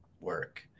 work